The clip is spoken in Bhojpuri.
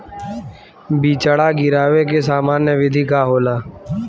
बिचड़ा गिरावे के सामान्य विधि का होला?